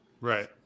right